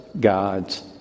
God's